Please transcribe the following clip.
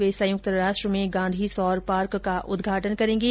वे संयुक्त राष्ट्र में गांधी सौर पार्क का उदघाटन करेंगे